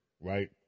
right